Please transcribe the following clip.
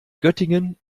göttingen